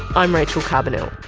i'm rachel carbonell